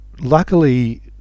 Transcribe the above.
Luckily